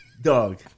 Dog